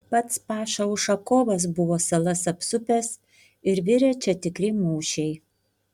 pats paša ušakovas buvo salas apsupęs ir virė čia tikri mūšiai